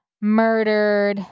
murdered